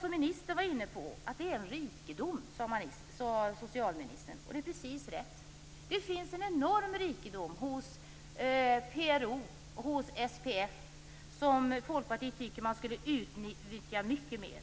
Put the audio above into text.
Socialministern sade att det är en rikedom, och det är precis rätt. Det finns en enorm rikedom hos PRO och hos FPF, som Folkpartiet tycker att man borde utnyttja mycket mer.